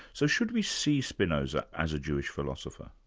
so should we see spinoza as a jewish philosopher?